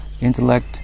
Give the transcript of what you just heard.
intellect